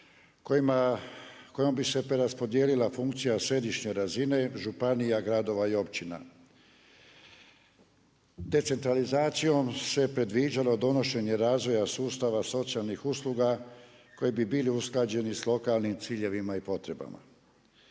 kojom bi se preraspodijelila funkcija središnje razine županija, gradova i općina. Te centralizacijom se predviđalo donošenje razvoja sustava socijalnih usluga koji bi bili usklađeni sa lokalnim ciljevima i potrebama.